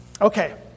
Okay